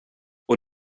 och